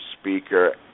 speaker